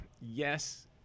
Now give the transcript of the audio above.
yes